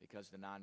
because the non